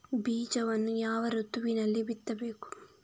ಬೀಜವನ್ನು ಯಾವ ಋತುವಿನಲ್ಲಿ ಬಿತ್ತಬೇಕು?